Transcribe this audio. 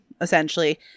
essentially